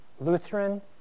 Lutheran